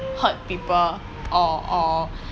hurt people or or